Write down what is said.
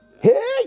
Hey